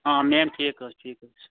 آ میم ٹھیٖک حظ ٹھیٖک حظ چھِ